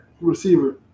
receiver